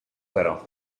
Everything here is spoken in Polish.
zero